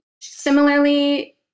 Similarly